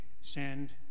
send